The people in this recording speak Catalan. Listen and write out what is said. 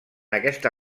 aquesta